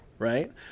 Right